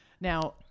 Now-